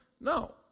No